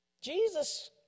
Jesus